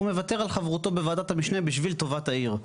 הוא מוותר על חברותו בוועדת המשנה בשביל טובת העיר,